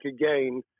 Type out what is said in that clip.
again